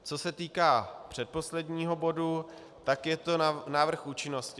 Co se týká předposledního bodu, tak je to návrh účinnosti.